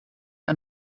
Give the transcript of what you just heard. ein